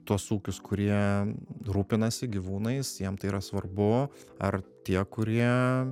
tuos ūkius kurie rūpinasi gyvūnais jiem tai yra svarbu ar tie kurie